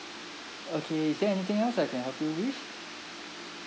okay is there anything else I can help you with